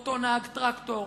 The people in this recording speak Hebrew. אותו נהג טרקטור,